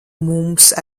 mums